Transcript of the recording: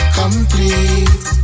complete